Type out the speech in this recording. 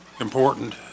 important